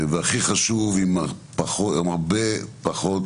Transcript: והכי חשוב, עם הרבה פחות